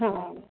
हां